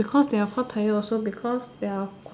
because they are quite tired also because they are quite